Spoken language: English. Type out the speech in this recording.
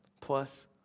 plus